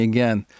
Again